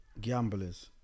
gamblers